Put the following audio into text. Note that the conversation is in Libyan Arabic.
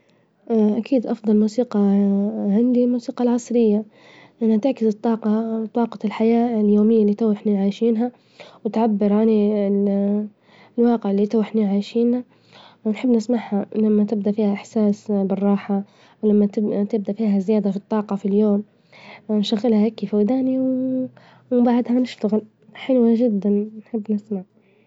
أكيد افظل موسيقى عندي الموسيقى العصرية، أنا تأكد الطاقة طاقة الحياة اليومية إللي تو إحنا عايشينها، وتعبر عن الواقع إللي تو إحنا عايشينه، ونحب نسمعها لما تبدأ فيها إحساس بالراحة، ولما تبدأ فيها زيادة في الطاقة في اليوم، نشغلها هاكي في وداني وبعدها نشتغل، حلوة جدا نحب نسمعها.